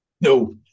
No